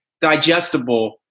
digestible